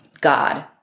God